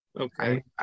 Okay